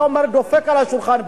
אתה דופק על השולחן,